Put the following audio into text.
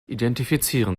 identifizieren